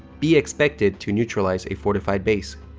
be expected to neutralize a fortified base?